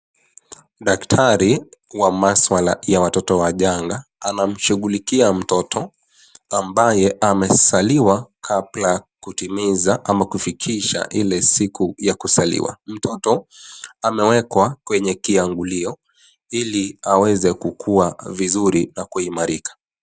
Daktari wa maswala ya watoto wachanga anamshughulikia mtoto ambaye amezaliwa kabla ya kutimiza ama kufikisha ile siku ya kuzaliwa. Mtoto amewekwa kwenye kiangulio ili aweze kukua vizuri na kuimarika.